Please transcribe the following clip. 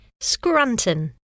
Scranton